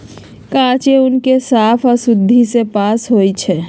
कांचे ऊन के साफ आऽ शुद्धि से पास होइ छइ